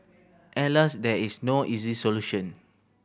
Alas there is no easy solution